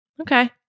Okay